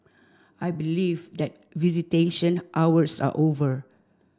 I believe that visitation hours are over